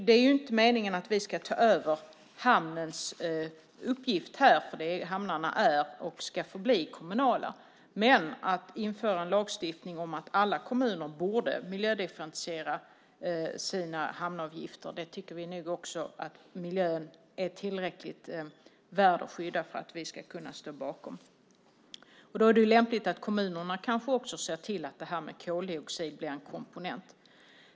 Det är inte meningen att vi ska ta över hamnens uppgift här, för hamnarna är och ska förbli kommunala. Men vi tycker att miljön är tillräckligt värd att skydda för att vi ska kunna stå bakom att man inför en lagstiftning om att alla kommuner borde miljödifferentiera sina hamnavgifter. Då är det lämpligt att kommunerna också ser till att koldioxid blir en komponent.